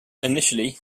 initially